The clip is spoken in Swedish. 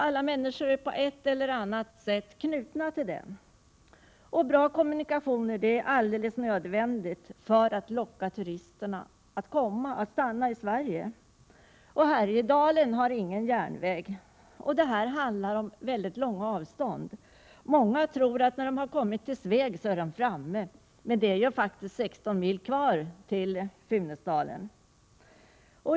Alla människor är på ett eller annat sätt knutna till den. Bra kommunikationer är alldeles nödvändiga för att locka turister att stanna i Sverige. Härjedalen har ingen järnväg, och här handlar det om mycket långa avstånd. Många tror att när man kommer till Sveg är man framme, men sedan är det 16 mil kvar till Funäsdalen.